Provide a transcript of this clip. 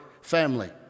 family